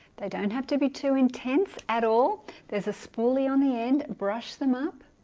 they don't have to be too intense at all there's a spoolie on the end brush them up